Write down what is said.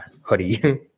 hoodie